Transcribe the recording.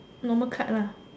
normal card lah